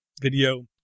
video